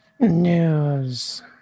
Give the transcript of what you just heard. news